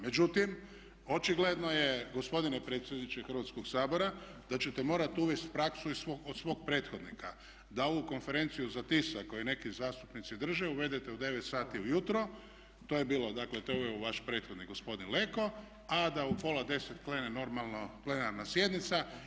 Međutim, očigledno je gospodine predsjedniče Hrvatskog sabora da ćete morati uvesti praksu od svog prethodnika da ovu konferenciju za tisak koju neki zastupnici drže uvedete u 9 sati ujutro, to je bilo, dakle to je uveo vaš prethodnik gospodin Leko a da u pola 10 krene normalno plenarna sjednica.